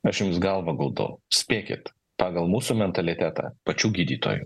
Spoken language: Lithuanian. aš jums galvą guldau spėkit pagal mūsų mentalitetą pačių gydytojų